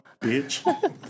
Bitch